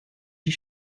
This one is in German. die